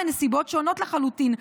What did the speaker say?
ברור שמדובר בנסיבות שונות לחלוטין,